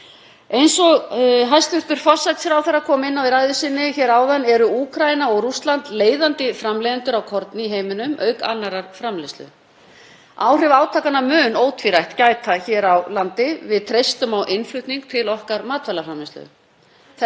Áhrifa átakanna mun ótvírætt gæta hér á landi. Við treystum á innflutning í matvælaframleiðslu okkar. Þess vegna er mikilvægt að stjórnvöld stígi inn í núverandi ástand og komi áfram til móts við hækkandi verð á áburði og öðrum aðföngum sem við þurfum til matvælaframleiðslu.